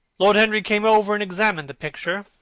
lord henry came over and examined the picture.